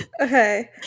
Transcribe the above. okay